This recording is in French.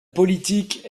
politique